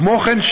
כמו כן,